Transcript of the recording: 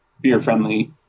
beer-friendly